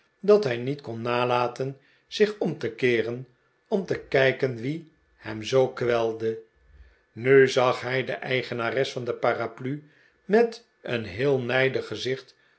dat hij niet kon nalaten zich om te keeren om te kijken wie hem zoo kwelde nu zag hij de eigenares van de paraplu met een heel nijdig gezicht